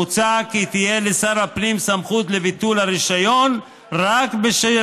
מוצע כי תהיה לשר הפנים סמכות לביטול הרישיון רק בשל